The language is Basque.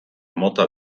mota